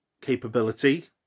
capability